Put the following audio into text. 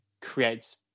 creates